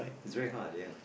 it's very hard ya